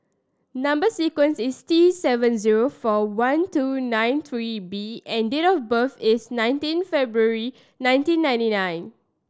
number sequence is T seven zero four one two nine three B and date of birth is nineteen February nineteen ninety nine